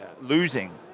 losing